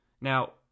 Now